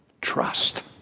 trust